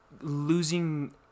losing